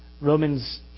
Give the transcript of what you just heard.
Romans